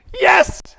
yes